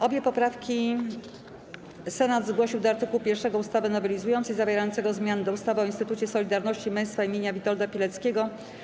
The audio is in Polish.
Obie poprawki Senat zgłosił do art. 1 ustawy nowelizującej zawierającego zmiany do ustawy o Instytucie Solidarności i Męstwa imienia Witolda Pileckiego.